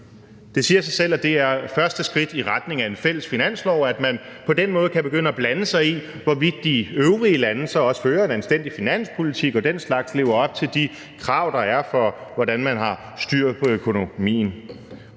Det siger sig selv, at det er første skridt i retning af en fælles finanslov, at man på den måde kan begynde at blande sig i, hvorvidt de øvrige lande så også fører en anstændig finanspolitik og den slags og lever op til de krav, der er for, hvordan man har styr på økonomien.